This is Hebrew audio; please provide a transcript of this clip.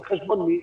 על חשבון מי?